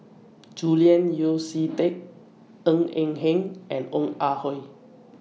Julian Yeo See Teck Ng Eng Hen and Ong Ah Hoi